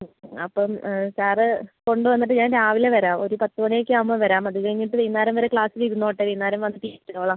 അപ്പം സാർ കൊണ്ട് വന്നിട്ട് ഞാൻ രാവിലെ വരാം ഒരു പത്ത് മണിയൊക്കെ ആവുമ്പം വരാം അത് കഴിഞ്ഞിട്ട് വൈകുന്നേരം വരെ ക്ലാസ്സിൽ ഇരുന്നോട്ടെ വൈകുന്നേരം വന്നിട്ട് കൂട്ടിക്കോളാം